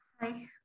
Hi